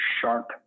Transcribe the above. sharp